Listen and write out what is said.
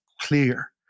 clear